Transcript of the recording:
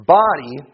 body